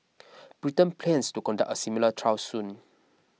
Britain plans to conduct a similar trial soon